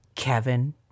Kevin